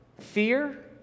Fear